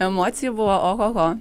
emocijų buvo ohoho